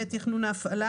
בעת תכנון ההפעלה,